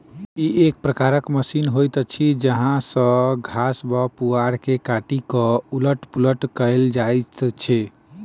ई एक प्रकारक मशीन होइत अछि जाहि सॅ घास वा पुआर के काटि क उलट पुलट कयल जाइत छै